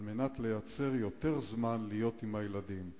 על מנת לייצר יותר זמן להיות עם הילדים,